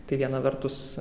tai viena vertus